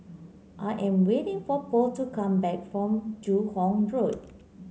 I am waiting for Pearl to come back from Joo Hong Road